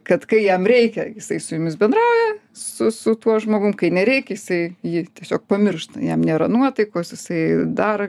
kad kai jam reikia jisai su jumis bendrauja su su tuo žmogum kai nereikia jisai jį tiesiog pamiršta jam nėra nuotaikos jisai daro